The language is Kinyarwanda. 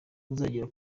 uzagera